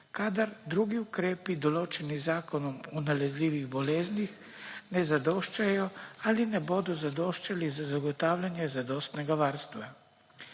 kadar drugi ukrepi, določeni z Zakonom o nalezljivih boleznih, ne zadoščajo ali ne bodo zadoščali za zagotavljanje zadostnega varstva.